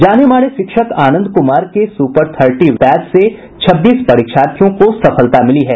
जाने माने शिक्षक आनंद कुमार के सुपर थर्टी बैच से छब्बीस परीक्षार्थियों को सफलता मिली है